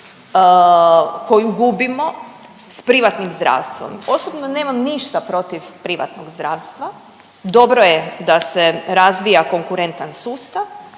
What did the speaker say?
koju gubimo s privatnim zdravstvom. Osobno nemam ništa protiv privatnog zdravstva, dobro je da se razvija konkurentan sustav